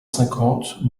cinquante